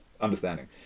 understanding